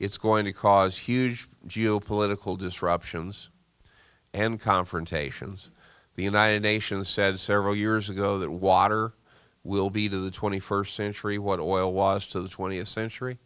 it's going to cause huge geo political disruptions and confrontations the united nations says several years ago that water will be the twenty first century what oil was to the twentieth century